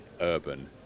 urban